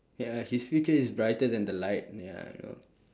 ya his future is brighter than the light ya you know